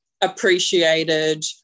appreciated